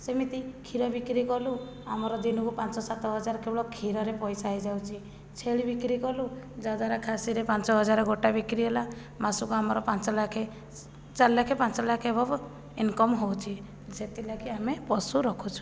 ସେମିତି କ୍ଷୀର ବିକ୍ରି କଲୁ ଆମର ଦିନକୁ ପାଞ୍ଚ ସାତ ହଜାର କେବଳ କ୍ଷୀରରେ ପଇସା ହେଇଯାଉଛି ଛେଳି ବିକ୍ରି କଲୁ ଯାହାଦ୍ଵାରା ଖାସିରେ ପାଞ୍ଚହଜାର ଗୋଟା ବିକ୍ରି ହେଲା ମାସକୁ ଆମର ପାଞ୍ଚଲକ୍ଷ ଚାରିଲକ୍ଷ ପାଞ୍ଚଲକ୍ଷ ଏଭବ୍ ଇନକମ୍ ହେଉଛି ସେଥିଲାଗି ଆମେ ପଶୁ ରଖୁଛୁ